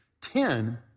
Ten